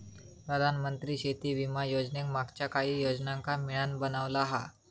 प्रधानमंत्री शेती विमा योजनेक मागच्या काहि योजनांका मिळान बनवला हा